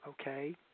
okay